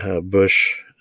Bush